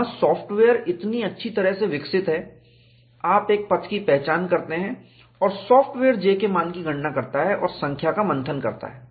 वहां सॉफ्टवेयर इतनी अच्छी तरह से विकसित है आप एक पथ की पहचान करते हैं और सॉफ्टवेयर J के मान की गणना करता है और संख्या का मंथन करता है